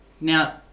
Now